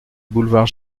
boulevard